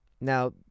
Now